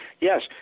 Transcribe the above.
yes